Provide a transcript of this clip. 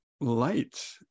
light